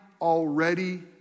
already